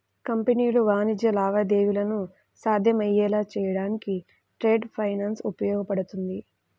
కంపెనీలు వాణిజ్య లావాదేవీలను సాధ్యమయ్యేలా చేయడానికి ట్రేడ్ ఫైనాన్స్ ఉపయోగపడుతుంది